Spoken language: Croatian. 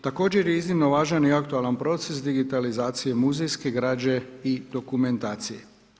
Također je iznimno važan i aktualan proces digitalizacije muzejske građe i dokumentacije.